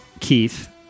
Keith